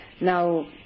Now